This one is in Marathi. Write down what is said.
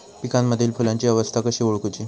पिकांमदिल फुलांची अवस्था कशी ओळखुची?